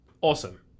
Awesome